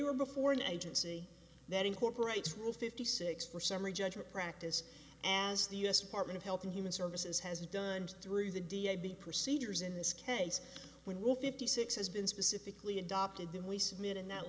were before an agency that incorporates rule fifty six for summary judgment practice as the u s department of health and human services has done through the d h b procedures in this case when will fifty six has been specifically adopted then we submit in that